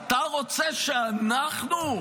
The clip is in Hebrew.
אתה רוצה שאנחנו,